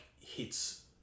hits